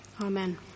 Amen